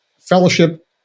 fellowship